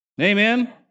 Amen